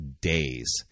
days